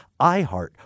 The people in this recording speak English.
iHeart